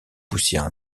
poussières